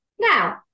Now